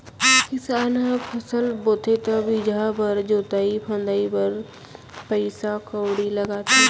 किसान ह फसल बोथे त बीजहा बर, जोतई फंदई बर पइसा कउड़ी लगाथे